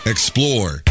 Explore